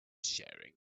sharing